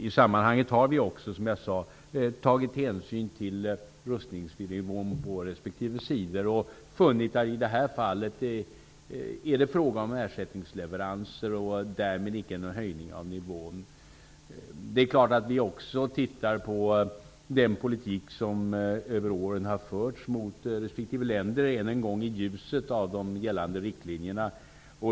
I sammanhanget har vi också tagit hänsyn till rustningsnivån på respektive sidor och funnit att det i detta fall är fråga om ersättningsleveranser och därmed ingen höjning av nivån. Det är klart att vi också ser på den politik som under åren har förts mot respektive länder, än en gång i ljuset av de gällande riktlinjerna.